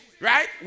right